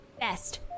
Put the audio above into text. Best